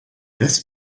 this